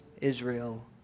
Israel